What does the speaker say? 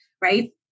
right